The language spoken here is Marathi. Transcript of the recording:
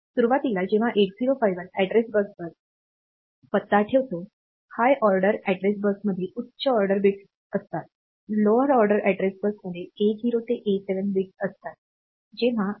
सुरुवातीला जेव्हा 8051 अॅड्रेस बसवर पत्ता ठेवतो हाय ऑर्डर अॅड्रेस बसमध्ये उच्च ऑर्डर बिट्स असतात लोअर ऑर्डर अॅड्रेस बसमध्ये A 0 ते A7 बिट्स असतात